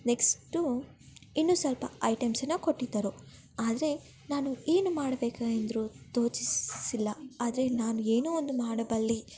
next ಇನ್ನು ಸ್ವಲ್ಪ ಐಟಮ್ಸನ್ನು ಕೊಟ್ಟಿದ್ದರು ಆದರೆ ನಾನು ಏನು ಮಾಡಬೇಕು ಎಂದು ತೋಚಿಸಿಲ್ಲ ಆದರೆ ನಾನು ಏನೋ ಒಂದು ಮಾಡಬಲ್ಲೆ